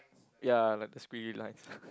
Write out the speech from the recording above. ya like the spirit lies